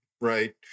right